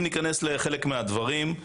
אם ניכנס לחלק מן הדברים,